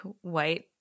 white